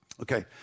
Okay